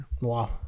wow